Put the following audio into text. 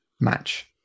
match